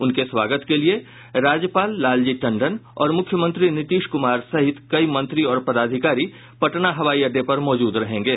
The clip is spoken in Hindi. उनके स्वागत के लिये राज्यपाल लालजी टंडन और मुख्यमंत्री नीतीश कुमार सहित कई मंत्री और पदाधिकारी पटना हवाई अड्डे पर मौजूद रहेंगे